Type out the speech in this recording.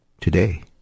today